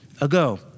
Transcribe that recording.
ago